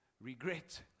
regret